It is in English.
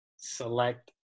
Select